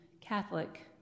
Catholic